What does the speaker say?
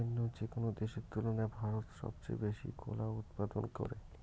অইন্য যেকোনো দেশের তুলনায় ভারত সবচেয়ে বেশি কলা উৎপাদন করে